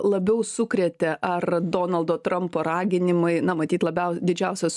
labiau sukrėtė ar donaldo trampo raginimai na matyt labiau didžiausias